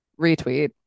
retweet